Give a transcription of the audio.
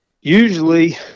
Usually